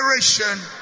generation